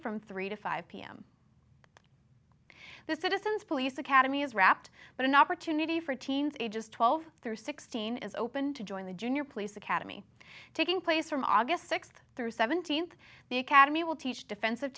from three to five pm the citizens police academy has wrapped but an opportunity for teens ages twelve through sixteen is open to join the junior police academy taking place from august sixth through seventeenth the academy will teach defensive